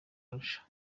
arusha